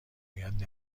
باید